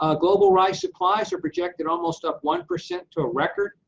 ah global rice supplies are projected almost up one percent to a record.